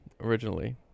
originally